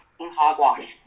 hogwash